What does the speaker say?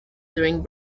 during